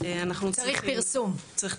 ואנחנו צריכים את הפרסום.